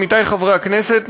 עמיתי חברי הכנסת,